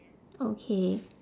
okay